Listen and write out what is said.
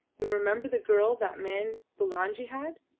you remember the girl that man bulangi had?